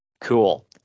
Cool